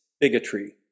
bigotry